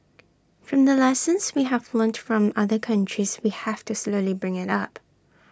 from the lessons we have learnt from other countries we have to slowly bring IT up